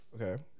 Okay